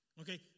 Okay